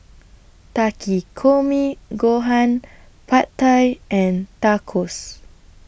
Takikomi Gohan Pad Thai and Tacos